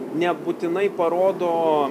nebūtinai parodo